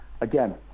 again